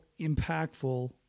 impactful